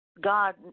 God